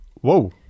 Whoa